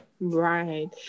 Right